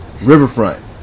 Riverfront